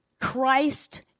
Christ